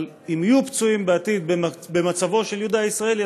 אבל אם יהיו פצועים בעתיד במצבו של יהודה הישראלי,